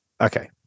Okay